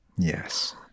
Yes